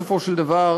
בסופו של דבר,